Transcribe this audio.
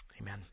Amen